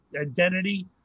identity